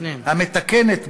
המתקנת,